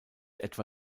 etwa